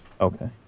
Okay